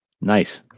Nice